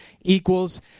equals